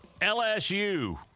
lsu